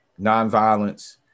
nonviolence